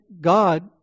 God